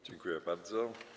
Dziękuję bardzo.